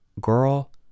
girl